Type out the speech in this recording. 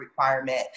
requirement